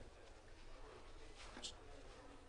בוקר אור.